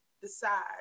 decide